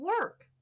work